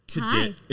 Hi